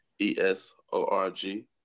E-S-O-R-G